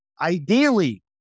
Ideally